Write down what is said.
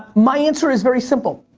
my answer is very simple.